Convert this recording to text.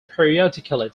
periodically